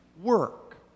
work